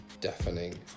deafening